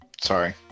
Sorry